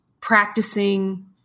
practicing